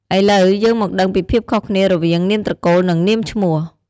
ឥឡូវយើងមកដឹងពីភាពខុសគ្នារវាង នាមត្រកូល និង នាមឈ្មោះ។